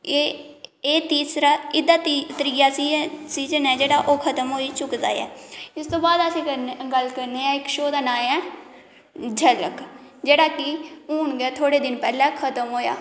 एह् एह् तीसरा एह्दा त्रीआ सीजन ऐ जेह्डा ओह् खतम होई चुके दा ऐ इस तू बाद असी करने गल्ल करने आं इक शो दा नांऽ ऐ झलक जेह्ड़ा कि हून गै थोह्ड़े दिन पैह्ले खतम होएआ